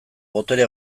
botere